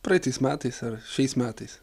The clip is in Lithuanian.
praeitais metais ar šiais metais